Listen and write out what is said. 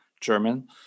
German